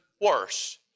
worse